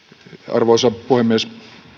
arvoisa puhemies alkoholiasioilla